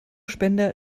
spender